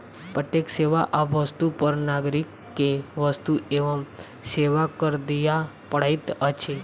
प्रत्येक सेवा आ वस्तु पर नागरिक के वस्तु एवं सेवा कर दिअ पड़ैत अछि